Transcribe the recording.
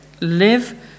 Live